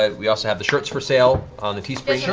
ah we also have the shirts for sale on the teespring.